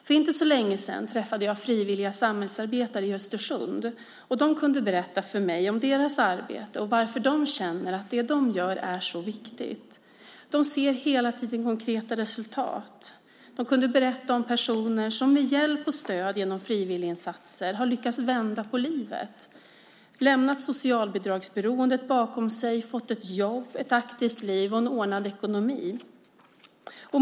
För inte så länge sedan träffade jag frivilliga samhällsarbetare i Östersund. De kunde berätta för mig om deras arbete och om varför de känner att det de gör är så viktigt. De ser hela tiden konkreta resultat. De kunde berätta om personer som med hjälp och stöd genom frivilliginsatser har lyckats vända på livet. De har lämnat socialbidragsberoendet bakom sig, fått ett jobb, ett aktivt liv och en ordnad ekonomi.